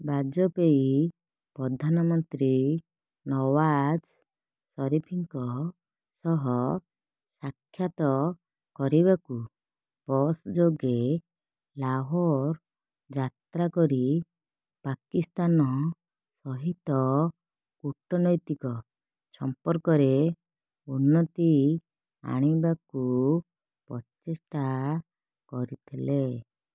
ବାଜପେୟୀ ପ୍ରଧାନମନ୍ତ୍ରୀ ନୱାଜ୍ ସରିଫ୍ଙ୍କ ସହ ସାକ୍ଷାତ କରିବାକୁ ବସ୍ ଯୋଗେ ଲାହୋର ଯାତ୍ରା କରି ପାକିସ୍ତାନ ସହିତ କୂଟନୈତିକ ସମ୍ପର୍କରେ ଉନ୍ନତି ଆଣିବାକୁ ପ୍ରଚେଷ୍ଟା କରିଥିଲେ